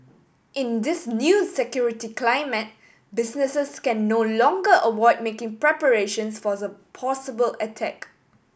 in this new security climate businesses can no longer avoid making preparations for the possible attack